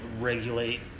regulate